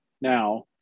now